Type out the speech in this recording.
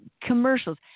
commercials